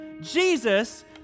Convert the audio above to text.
Jesus